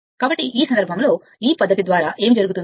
కాబట్టి ఈ సందర్భంలో ఈ పద్ధతి ద్వారా ఏమి జరుగుతుంది